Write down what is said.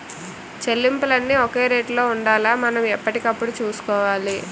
చెల్లింపులన్నీ ఒక రేటులో ఉండేలా మనం ఎప్పటికప్పుడు చూసుకోవాలి